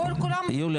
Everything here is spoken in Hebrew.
הכול כולם --- יוליה,